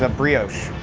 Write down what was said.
ah brioche.